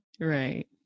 right